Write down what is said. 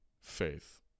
faith